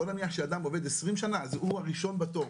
בוא נניח שאדם עובד 20 שנה, אז הוא הראשון בתור.